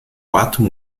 quatro